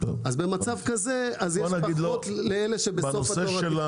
במצב כזה יש פחות לאלה שבסוף התור